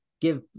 give